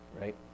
right